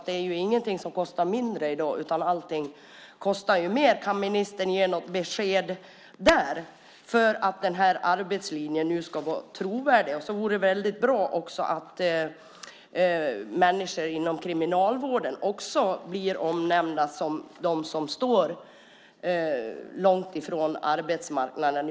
Det är ingenting som kostar mindre i dag, allting kostar ju mer. Kan ministern ge något besked där? För att arbetslinjen ska vara trovärdig vore det väldigt bra om också människor inom kriminalvården blir omnämnda som de som står långt ifrån arbetsmarknaden.